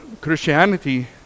Christianity